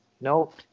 no